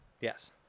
Yes